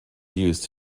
used